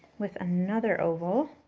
with another oval